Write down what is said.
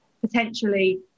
potentially